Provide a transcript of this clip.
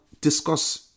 discuss